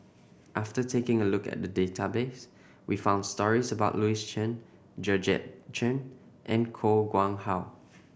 after taking a look at the database we found stories about Louis Chen Georgette Chen and Koh Nguang How